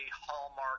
Hallmark